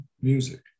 music